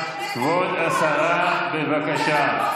בבקשה.